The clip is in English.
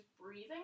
breathing